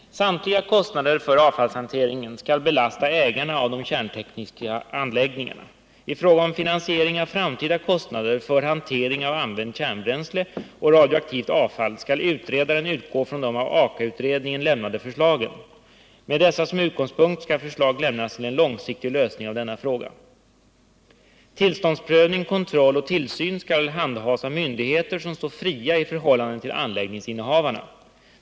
Samtliga kostnader för avfallshanteringen skall belasta ägarna av de kärntekniska anläggningarna. I fråga om finansiering av framtida kostnader för hantering av använt kärnbränsle och radioaktivt avfall skall utredaren utgå från de av Aka-utredningen lämnade förslagen. Med dessa som utgångspunkt skall förslag lämnas till en långsiktig lösning av denna fråga. Tillståndsprövning, kontroll och tillsyn skall handhas av myndigheter som står fria i förhållande till anläggningsinnehavarna.